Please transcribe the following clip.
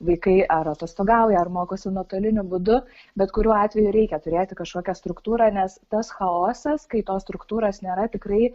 vaikai ar atostogauja ar mokosi nuotoliniu būdu bet kuriuo atveju reikia turėti kažkokią struktūrą nes tas chaosas kai tos struktūros nėra tikrai